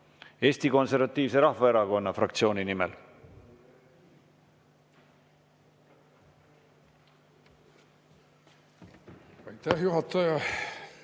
Eesti Konservatiivse Rahvaerakonna fraktsiooni nimel. Aitäh! Ei